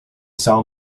saw